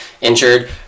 injured